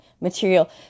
Material